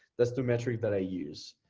that's the metric that i use.